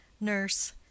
Nurse